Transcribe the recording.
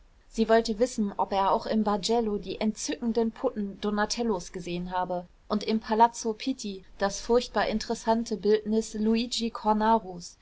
sie wollte wissen ob er auch im bargello die entzückenden putten donatellos gesehen habe und im palazzo pitti das furchtbar interessante bildnis luigi